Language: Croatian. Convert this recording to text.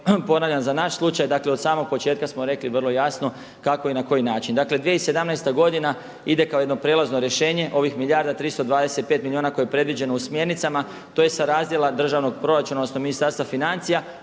ponavljam za naš slučaj od samog početka smo rekli vrlo jasno kako i na koji način. Dakle 2017. godina ide kao jedno prijelazno rješenje, ovih milijardu 325 milijuna koje je predviđeno u smjernicama to je sa razdjela državnog proračuna odnosno Ministarstva financija